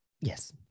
Yes